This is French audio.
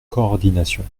coordination